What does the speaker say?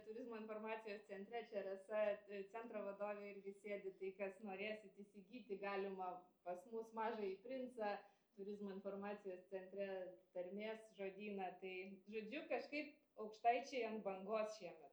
turizmo informacijos centre čia rasa centro vadovė irgi sėdi tai kas norėsit įsigyti galima pas mus mažąjį princą turizmo informacijos centre tarmės žodyną tai žodžiu kažkaip aukštaičiai ant bangos šiemet